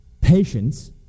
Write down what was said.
patience